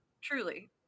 truly